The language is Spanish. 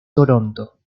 toronto